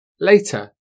Later